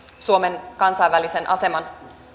suomen kansainvälisen aseman